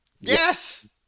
Yes